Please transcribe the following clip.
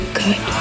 good